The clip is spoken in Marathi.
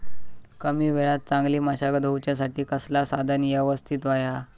कमी वेळात चांगली मशागत होऊच्यासाठी कसला साधन यवस्तित होया?